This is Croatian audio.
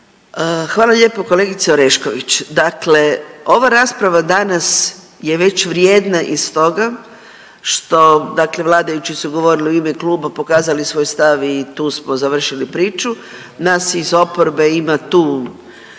Hvala lijepo kolegice Orešković. Dakle, ova rasprava danas je već vrijedna i stoga što dakle vladajući su govorili u ime kluba, pokazali svoj stav i tu smo završili priču. Nas iz oporbe ima tu